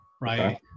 right